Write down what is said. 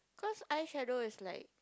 because eyeshadow is like